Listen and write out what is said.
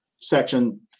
section